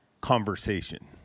conversation